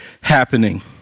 happening